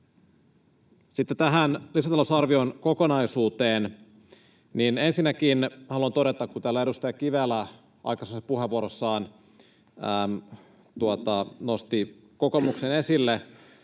Sitten tähän lisätalousarvion kokonaisuuteen. Ensinnäkin haluan todeta, kun täällä edustaja Kivelä aikaisemmassa puheenvuorossaan nosti kokoomuksen esille,